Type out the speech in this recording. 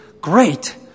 great